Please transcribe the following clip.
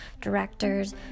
directors